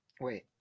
Wait